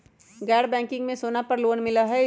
गैर बैंकिंग में सोना पर लोन मिलहई?